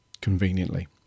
conveniently